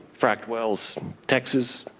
fracked wells texas,